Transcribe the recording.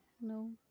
No